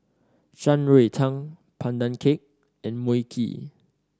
Shan Rui Tang Pandan Cake and Mui Kee